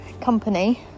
company